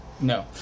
No